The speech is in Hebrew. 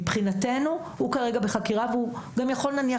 מבחינתנו הוא כרגע בחקירה והוא גם יכול נניח